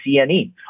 CNE